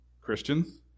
Christians